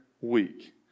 week